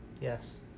Yes